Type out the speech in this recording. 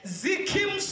zikim